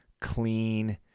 clean